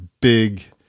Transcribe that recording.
big